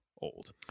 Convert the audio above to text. old